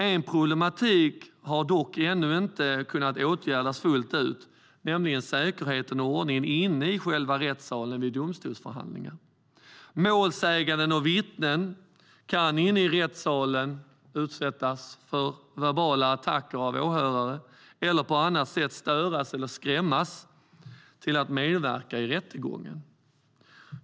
En problematik har ännu inte kunnat åtgärdas fullt ut, nämligen säkerheten och ordningen inne i själva rättssalen vid domstolsförhandling. Målsäganden och vittnen kan inne i rättssalen utsättas för verbala attacker av åhörare eller på annat sätt störas eller skrämmas till att inte medverka i rättegången.